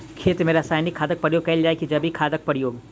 खेत मे रासायनिक खादक प्रयोग कैल जाय की जैविक खादक प्रयोग?